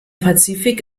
pazifik